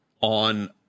on